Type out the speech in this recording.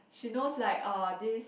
she knows like uh this